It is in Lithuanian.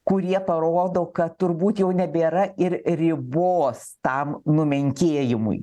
kurie parodo kad turbūt jau nebėra ir ribos tam numenkėjimui